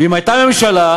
ואם הייתה ממשלה,